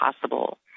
possible